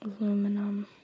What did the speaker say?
aluminum